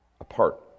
apart